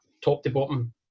top-to-bottom